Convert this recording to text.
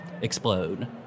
explode